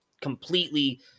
completely –